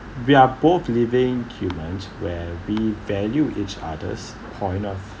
we are both living humans where we value each other's point of